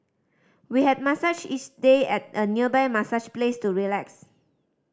we had massages each day at a nearby massage place to relax